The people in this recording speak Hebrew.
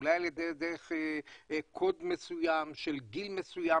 אולי קוד מסוים של גיל מסוים,